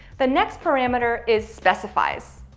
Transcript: the next parameter is specifies.